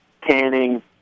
canning